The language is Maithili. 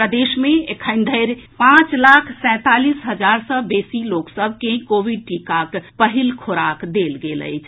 प्रदेश मे एखन धरि पांच लाख सैंतालीस हजार सँ बेसी लोक सभ के कोविड टीकाक पहिल खोराक देल गेल अछि